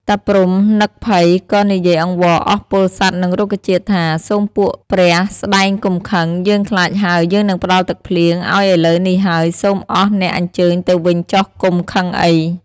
តាព្រហ្មនិក ភ័យក៏និយាយអង្វរអស់ពលសត្វនិងរុក្ខជាតិថា “ សូមពួកព្រះស្ដែងកុំខឹង យើងខ្លាច ហើយ យើងនឹងផ្តល់ទឹកភ្លៀងឱ្យឥឡូវនេះហើយ សូមអស់អ្នកអញ្ជើញទៅវិញចុះកុំ ខឹងអី”។